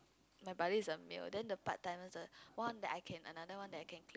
my buddy is a male then the part timers the one that I can another one that I can